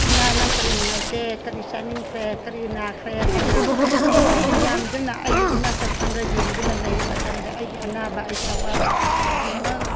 ꯏꯃꯥ ꯅꯪ ꯀꯔꯤ ꯅꯨꯡꯉꯥꯏꯇꯦ ꯀꯔꯤ ꯆꯥꯅꯤꯡꯈ꯭ꯔꯦ ꯀꯔꯤ ꯅꯥꯈ꯭ꯔꯦ ꯍꯥꯏꯅ ꯃꯌꯥꯝꯗꯨꯅ ꯑꯩꯒꯤ ꯏꯅꯥꯛꯇ ꯐꯝꯂꯒ ꯌꯦꯡꯗꯨꯅ ꯂꯩꯕ ꯃꯇꯝꯗ ꯑꯩꯒꯤ ꯑꯅꯥꯕ ꯑꯩꯒꯤ ꯑꯋꯥꯕ ꯈꯨꯗꯤꯡꯃꯛ